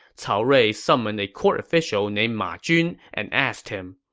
cao rui summoned a court official named ma jun and asked him,